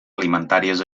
alimentàries